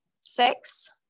six